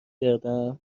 کردم